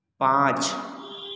पाँच